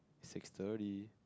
six thirty